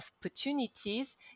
opportunities